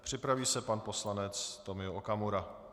Připraví se pan poslanec Tomio Okamura.